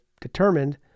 determined